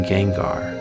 Gengar